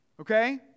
Okay